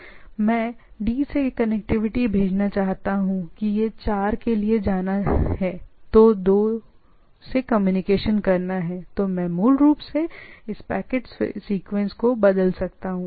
मैं D से connectivity भेजना चाहता हूं कि यह 4 के लिए जाना है 2 से कम्युनिकेशन करना है तो मैं मूल रूप से इस पैकेट सीक्वेंस को बदल सकता हूं